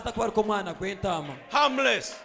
harmless